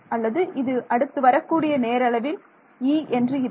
அல்லது இது அடுத்து வரக்கூடிய நேர அளவில் E என்று இருக்கும்